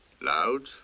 loud